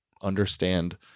understand